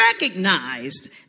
recognized